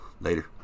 Later